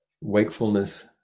Wakefulness